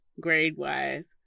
grade-wise